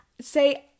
say